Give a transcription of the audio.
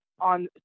on